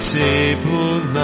table